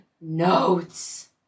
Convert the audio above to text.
notes